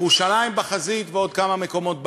ירושלים בחזית, ועוד כמה מקומות בארץ,